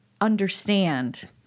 understand